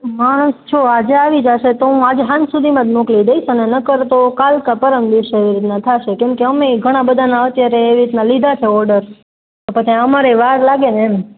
માણસો આજે આવી જસે તો હું આજે હાંજ સુધીમાં જ મોકલી દૈસ નકાર તો કાલ કા પરમ દિવસ એવી રીતના થસે કેમ કે અમેય ઘણા બધાના અત્યારે લે વેચના લીધા છે ઓર્ડર અમારેય વાર લાગે ને ઓર્ડર